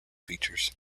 features